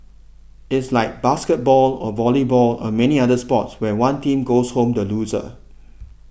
it's like basketball or volleyball or many other sports where one team goes home the loser